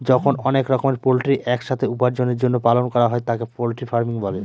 যখন অনেক রকমের পোল্ট্রি এক সাথে উপার্জনের জন্য পালন করা হয় তাকে পোল্ট্রি ফার্মিং বলে